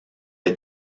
est